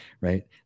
right